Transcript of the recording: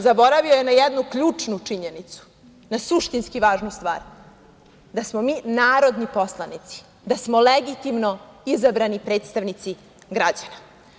Zaboravio je na jednu ključnu činjenicu, na suštinski važnu stvar, da smo mi narodni poslanici, da smo legitimno izabrani predstavnici građana.